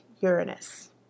Uranus